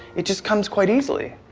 it just comes quite easily.